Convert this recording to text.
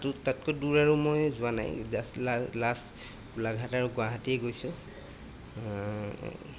তো তাতকৈ দূৰ আৰু মই যোৱা নাই লাষ্ট গোলাঘাট আৰু গুৱাহাটীয়ে গৈছোঁ